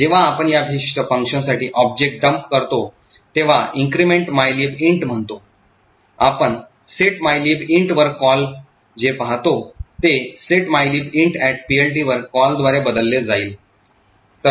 जेव्हा आपण या विशिष्ट फंक्शनसाठी ऑब्जेक्ट डंप करतो तेव्हा increment mylib int म्हणतो आपण set mylib int वर call जे पाहतो ते set mylib intPLT वर कॉलद्वारे बदलले जाईल